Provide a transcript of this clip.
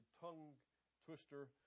tongue-twister